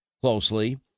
closely